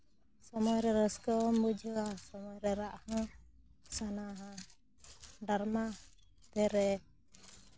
ᱥᱚᱢᱚᱭ ᱨᱮ ᱨᱟᱹᱥᱠᱟᱹ ᱦᱚᱸᱢ ᱵᱩᱡᱷᱟᱹᱣᱟ ᱥᱚᱢᱚᱭ ᱨᱮ ᱨᱟᱜᱽ ᱦᱚᱸ ᱥᱟᱱᱟᱣᱟ ᱰᱨᱟᱢᱟ ᱨᱮ